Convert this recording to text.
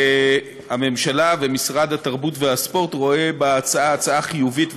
הממשלה ומשרד התרבות והספורט רואים בהצעה הצעה חיובית וחשובה,